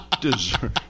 deserve